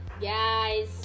Guys